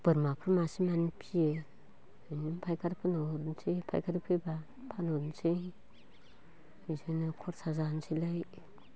बोरमाफोर मासे मानै फियो बिदिनो फायखारिफोरनाव हरनोसै फायखारि फैब्ला फानहरनोसै बिजोंनो खरसा जानोसैलाय